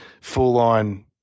full-on